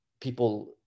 people